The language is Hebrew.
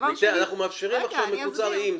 דבר שני --- אנחנו מאפשרים לך שהמקוצר עם זה.